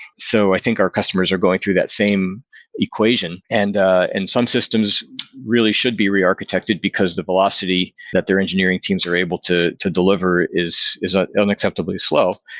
so i think our customers are going through that same equation, and in some systems really should be re-architected because the velocity that their engineering teams are able to to deliver is is ah unacceptably slow.